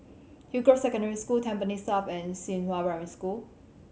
Hillgrove Secondary School Tampines South and Xinghua Primary School